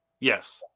Yes